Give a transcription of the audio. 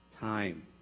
time